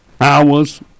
hours